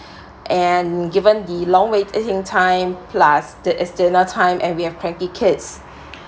and given the long waiting time plusdi~ it's the dinner time and we have cranky kids